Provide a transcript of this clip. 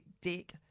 dick